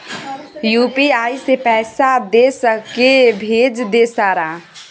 UPI से पैसा दे सके भेज दे सारा?